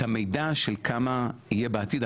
את המידע של כמה יהיה בעתיד,